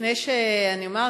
לפני שאני אומר,